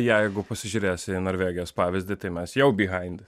jeigu pasižiūrėsi į norvegijos pavyzdį tai mes jau by haind